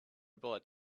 bullet